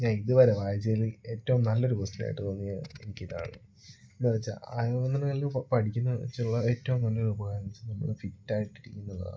ഞാൻ ഇതുവരെ വായിച്ചതില് ഏറ്റവും നല്ലൊരു പുസ്തകമായിട്ട് തോന്നിയ എനിക്കിതാണ് എന്താന്ന് വെച്ചാൽ ആയോധനകലകൾ പഠിക്കുന്നത് വെച്ചുള്ള ഏറ്റവും നല്ലൊരു ഉപായം എന്ന് വെച്ചാൽ നമ്മള് ഫിറ്റായിട്ടിരിക്കുന്നതാണ്